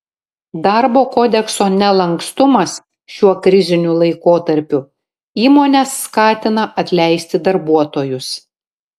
darbo kodekso nelankstumas šiuo kriziniu laikotarpiu įmones skatina atleisti darbuotojus